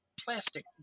plastic